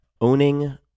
owning